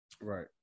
right